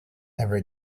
every